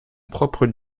propre